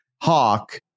hawk